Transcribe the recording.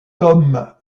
tom